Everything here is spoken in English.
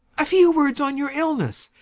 a few words on your illness,